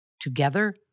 Together